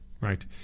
right